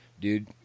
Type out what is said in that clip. dude